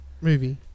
movie